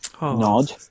nod